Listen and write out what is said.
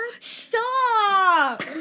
Stop